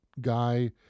guy